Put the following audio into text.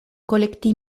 kolekti